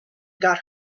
got